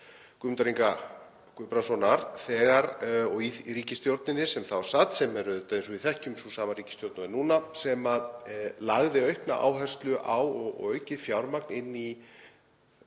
Guðmundar Inga Guðbrandssonar, í ríkisstjórninni, sem þá sat, sem er eins og við þekkjum sú sama ríkisstjórn og er núna, sem lagði aukna áherslu á og aukið fjármagn í